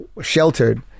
sheltered